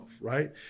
right